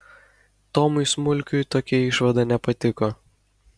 tomui smulkiui tokia išvada nepatiko